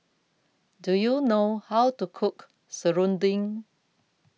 Do YOU know How to Cook Serunding